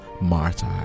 martyr